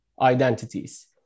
identities